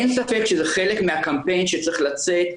אין ספק שזה חלק מהקמפיין שצריך לצאת,